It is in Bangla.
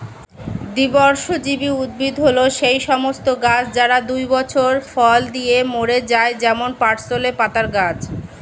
দ্বিবর্ষজীবী উদ্ভিদ হল সেই সমস্ত গাছ যারা দুই বছর ফল দিয়ে মরে যায় যেমন পার্সলে পাতার গাছ